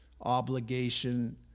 obligation